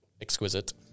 exquisite